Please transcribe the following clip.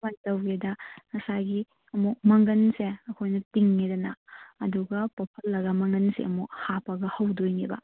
ꯀꯃꯥꯏꯅ ꯇꯧꯒꯦꯗ ꯉꯁꯥꯏꯒꯤ ꯑꯃꯨꯛ ꯃꯪꯒꯟꯁꯦ ꯑꯩꯈꯣꯏꯅ ꯇꯤꯡꯉꯦꯗꯅ ꯑꯗꯨꯒ ꯄꯣꯞꯍꯜꯂꯒ ꯃꯪꯒꯟꯁꯦ ꯑꯃꯨꯛ ꯍꯥꯞꯄꯒ ꯍꯧꯗꯣꯏꯅꯦꯕ